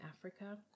Africa